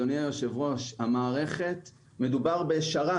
אדוני היושב ראש, מדובר בשרת.